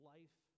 Life